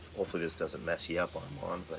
hopefully this doesn't mess you up armand, but,